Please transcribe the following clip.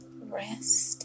Rest